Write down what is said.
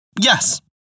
Yes